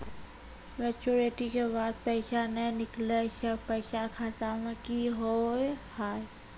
Maturity के बाद पैसा नए निकले से पैसा खाता मे की होव हाय?